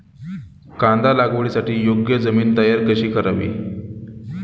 कांदा लागवडीसाठी योग्य जमीन तयार कशी करावी?